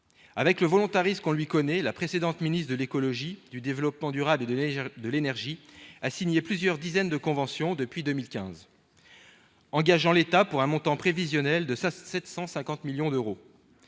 Avec le volontarisme qu'on lui connaît, la précédente ministre de l'écologie, du développement durable et de l'énergie a signé plusieurs dizaines de conventions depuis 2015, engageant l'État pour un montant prévisionnel de 750 millions d'euros.